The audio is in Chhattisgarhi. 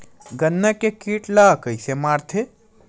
गन्ना के कीट ला कइसे मारथे?